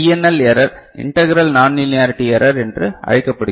L error integral non linearity error என்று அழைக்கப்படுகிறது